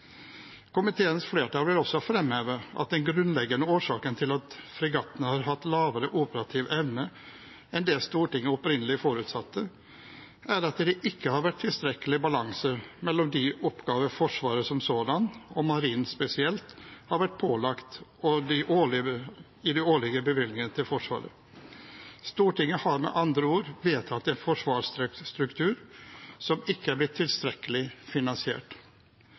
Komiteens flertall vil også fremheve at den grunnleggende årsaken til at fregattene har hatt lavere operativ evne enn det Stortinget opprinnelig forutsatte, er at det ikke har vært tilstrekkelig balanse mellom de oppgaver Forsvaret som sådant og Marinen spesielt har vært pålagt, og de årlige bevilgningene til Forsvaret. Stortinget har med andre ord vedtatt en forsvarsstruktur som ikke er blitt tilstrekkelig finansiert.